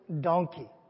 donkey